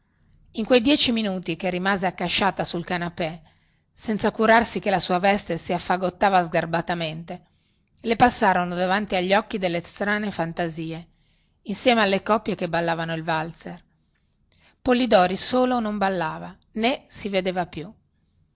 in quei dieci minuti che rimase accasciata sul canapè senza curarsi che la sua veste si affagottava sgarbatamente le passarono davanti agli occhi delle strane fantasie insieme alle coppie che ballavano il valzer polidori solo non ballava nè si vedeva più